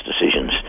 decisions